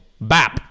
bap